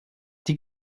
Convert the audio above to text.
die